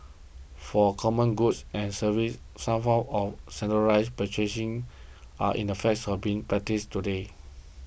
for common goods and services some forms of centralised purchasing are in the facts of being practised today